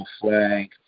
flag